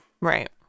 Right